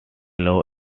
law